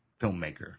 filmmaker